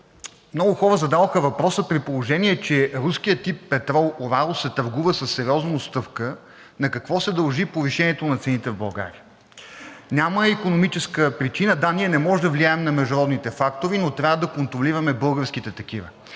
много хора зададоха въпроса: при положение че руският тип петрол „Урал“ се търгува със сериозна отстъпка, на какво се дължи повишението на цените в България? Няма икономическа причина. Да, ние не можем да влияем на международните фактори, но трябва да контролираме българските такива,